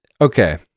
okay